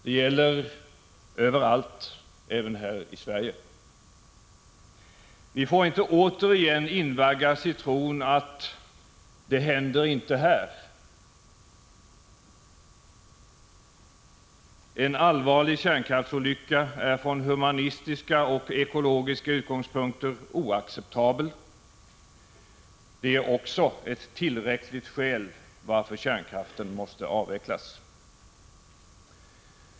Det gäller överallt, även här i Sverige. Vi får inte återigen invaggas i tron, att ”det händer inte här”! En allvarlig kärnkraftsolycka är från humanistiska och ekologiska utgångspunkter oacceptabel. Det är också ett tillräckligt skäl till att kärnkraften måste avvecklas.